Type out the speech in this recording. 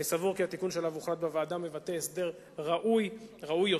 אני סבור כי התיקון שעליו הוחלט בוועדה מבטא הסדר ראוי יותר,